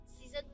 season